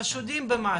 חשודים במשהו.